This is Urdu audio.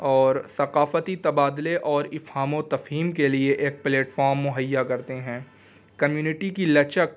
اور ثقافتی تبادلے اور افہام و تفہیم کے لیے ایک پلیٹفام مہیا کرتے ہیں کمیونٹی کی لچک